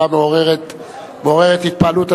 את השאלה ואורבך ישמע אותה.